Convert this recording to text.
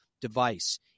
device